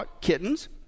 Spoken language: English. kittens